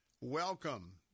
Welcome